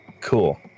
cool